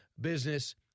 business